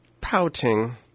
Pouting